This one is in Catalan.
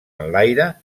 enlaire